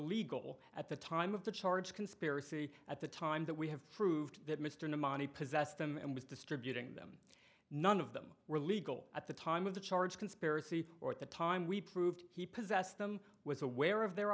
legal at the time of the charge conspiracy at the time that we have proved that mr mani possessed them and was distributing them none of them were illegal at the time of the charge conspiracy or at the time we proved he possessed them was aware of their